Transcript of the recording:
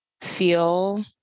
feel